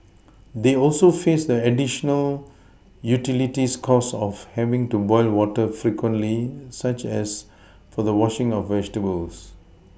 they also faced the additional utilities cost of having to boil water frequently such as for the washing of vegetables